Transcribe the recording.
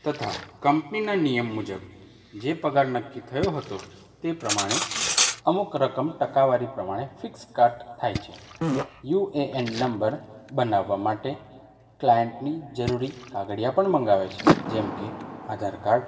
તથા કંપનીના નિયમ મુજબ જે પગાર નક્કી થયો હતો તે પ્રમાણે અમુક રકમ ટકાવારી પ્રમાણે ફિક્સ કટ થાય છે યુ એ એન નંબર બનાવવા માટે ક્લાયન્ટની જરૂરી કાગળિયા પણ મંગાવે છે જેમ કે આધાર કાર્ડ